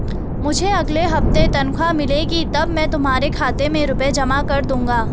मुझे अगले हफ्ते तनख्वाह मिलेगी तब मैं तुम्हारे खाते में रुपए जमा कर दूंगा